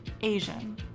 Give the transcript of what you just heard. Asian